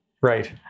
Right